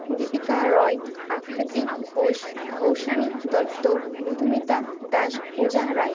Deepika Roy Akriti Ghosh Koushani Dutta Madhumita Das Puja Roy